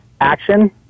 action